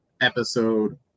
episode